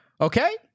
Okay